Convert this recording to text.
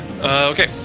Okay